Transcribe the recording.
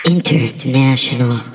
International